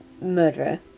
murderer